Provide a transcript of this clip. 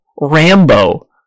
Rambo